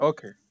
Okay